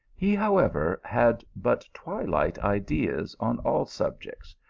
he, however, had but twilight ideas on all subjects,